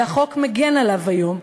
והחוק מגן עליו היום,